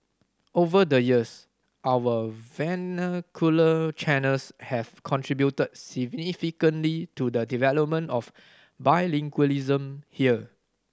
over the years our vernacular channels have contributed significantly to the development of bilingualism here